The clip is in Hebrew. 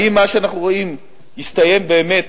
האם מה שאנחנו רואים יסתיים באמת